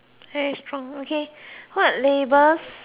very strong okay what labels